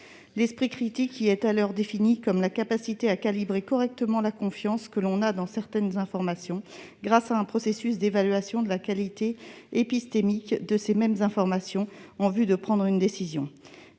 L'esprit critique y est alors défini comme « la capacité de calibrer correctement la confiance que l'on a dans certaines informations, grâce à un processus d'évaluation de la qualité épistémique de ces mêmes informations, en vue de prendre une décision. »